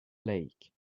lake